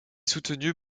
soutenu